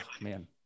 man